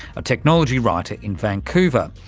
a technology writer in vancouver.